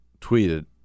tweeted